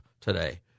today